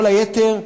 כל היתר,